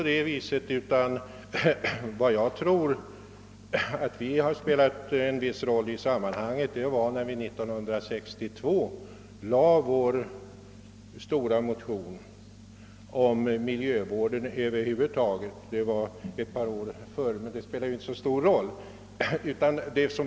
Den roll jag tror att vi kan ha spelat i sammanhanget hänför sig till år 1962, då vi framlade vår stora motion om miljövården. Det var alltså ett par år tidigare än 1964, men det har inte så stor betydelse.